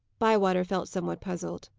bywater felt somewhat puzzled.